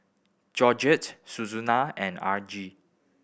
Georgene Susana and Argie